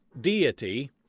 deity